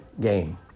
game